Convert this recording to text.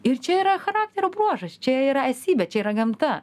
ir čia yra charakterio bruožas čia yra esybė čia yra gamta